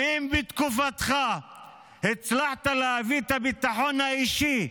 ואם בתקופתך הצלחת להביא את הביטחון האישי,